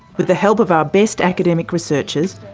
with the help of our best academic researchers,